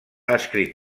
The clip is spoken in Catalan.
escrit